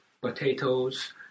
potatoes